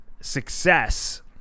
success